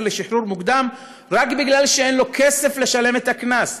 לשחרור מוקדם רק משום שאין לו כסף לשלם את הקנס.